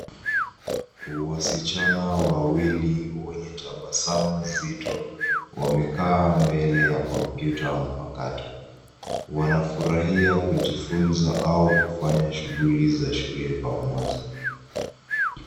Wasichana wawili wenye tabasamu zito wamekaa mbele ya kompyuta mpakato. Wanafurahia kujifunza au kufanya shughuli za shule pamoja.